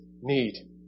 need